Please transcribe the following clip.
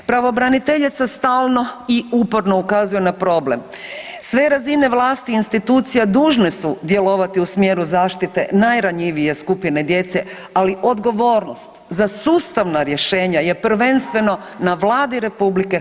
Pravobraniteljica stalno i uporno ukazuje na problem sve razine vlasti i institucija dužne su djelovati u smjeru zaštite najranjivije skupine djece, ali odgovornost za sustavna rješenja je prvenstveno na Vladi RH.